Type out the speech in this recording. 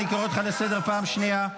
אני קורא אותך לסדר פעם שנייה.